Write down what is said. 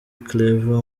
claver